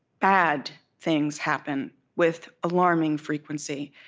bad things happen with alarming frequency,